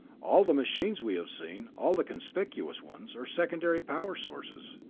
all the machines we have seen, all the conspicuous ones, are secondary power sources.